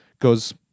goes